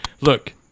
Look